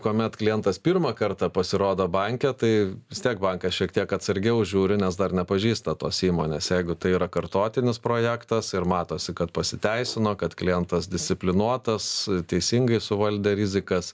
kuomet klientas pirmą kartą pasirodo banke tai vis tiek bankas šiek tiek atsargiau žiūri nes dar nepažįsta tos įmonės jeigu tai yra kartotinis projektas ir matosi kad pasiteisino kad klientas disciplinuotas teisingai suvaldė rizikas